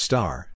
Star